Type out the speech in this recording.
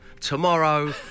tomorrow